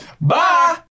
Bye